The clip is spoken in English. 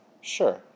Sure